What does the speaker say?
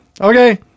okay